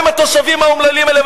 מה עם התושבים האומללים האלה?